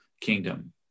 kingdom